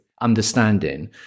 understanding